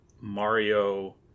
Mario